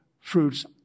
fruits